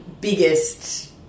biggest